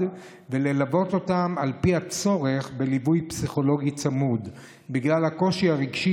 וללוות אותם על פי הצורך בליווי פסיכולוגי צמוד בגלל הקושי הרגשי